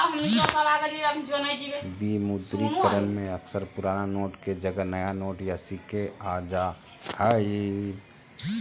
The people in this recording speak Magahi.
विमुद्रीकरण में अक्सर पुराना नोट के जगह नया नोट या सिक्के आ जा हइ